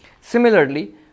Similarly